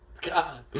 God